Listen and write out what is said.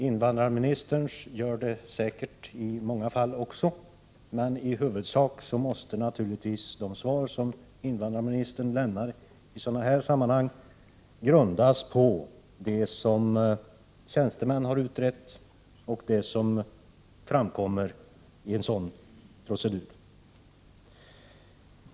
Invandrarministerns bedömningar grundar sig säkert i många fall också på personliga kontakter, men i huvudsak måste naturligtvis de svar som invandrarministern lämnar i sådana här sammanhang grundas på det som tjänstemän har utrett och det som framkommer i en sådan procedur.